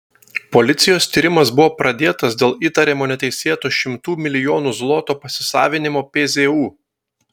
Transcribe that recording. policijos tyrimas buvo pradėtas dėl įtariamo neteisėto šimtų milijonų zlotų pasisavinimo pzu